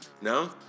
No